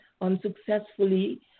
unsuccessfully